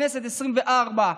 בכנסת העשרים-וארבע,